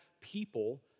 people